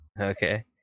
Okay